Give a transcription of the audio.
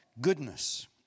goodness